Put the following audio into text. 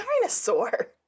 dinosaur